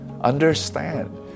understand